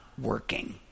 working